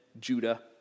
Judah